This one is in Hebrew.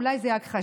אולי זה הכחשה,